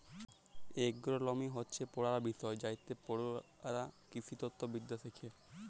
agronomy হচ্যে পড়ার বিষয় যাইতে পড়ুয়ারা কৃষিতত্ত্ব বিদ্যা শ্যাখে